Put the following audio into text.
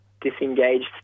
disengaged